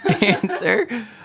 answer